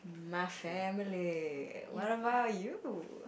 my family what about you